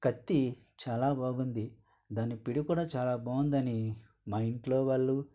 కత్తి చాలా బాగుంది దాని పిడి కూడా చాలా బాగుందని మా ఇంట్లో వాళ్ళు